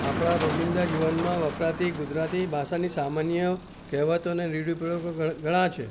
આપણા રોજીંદા જીવનમાં વપરાતી ગુજરાતી ભાષાની સામાન્ય કહેવતો ને રૂઢિપ્રયોગો ઘણા ઘણા છે